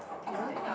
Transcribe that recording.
give it back